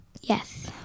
Yes